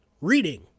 reading